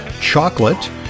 chocolate